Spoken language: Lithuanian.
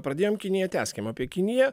pradėjom kiniją tęskim apie kiniją